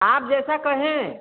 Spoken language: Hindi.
आप जैसा कहें